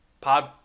pod